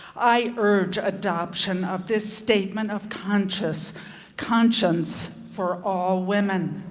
i urge adoption of this statement of conscience conscience for all women.